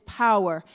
power